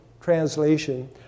Translation